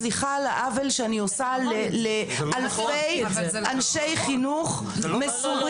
סליחה על העוול שאני עושה לאלפי אנשי חינוך מסורים.